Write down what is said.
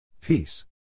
peace